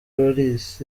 lloris